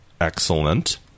Excellent